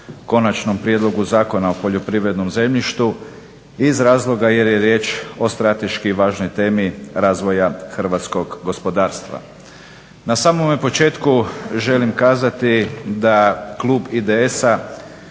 Konačnom prijedlogu Zakona o poljoprivrednom zemljištu iz razloga jer je riječ o strateški važnoj temi razvoja hrvatskog gospodarstva. Na samom početku želim kazati da klub IDS-a